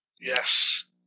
Yes